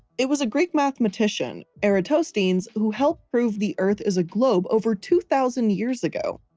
it was a great mathematician eratosthenes, who helped prove the earth is a globe over two thousand years ago.